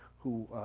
who